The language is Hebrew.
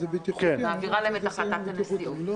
היא מעבירה להם את החלטת הנשיאות.